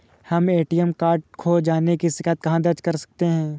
हम ATM card खो जाने की शिकायत कहाँ दर्ज कर सकते हैं?